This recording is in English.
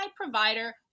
provider